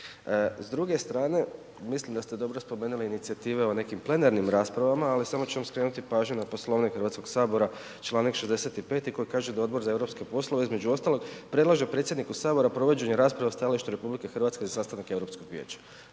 S druge strane, mislim da ste dobro spomenuli inicijative o nekim plenarnim raspravama, ali samo ćemo skrenuti pažnju na Poslovnik HS, čl. 65. koji kaže da Odbor za europske poslove između ostalog predlaže predsjedniku HS provođenje rasprave o stajalištu RH za sastanak Europskog vijeća,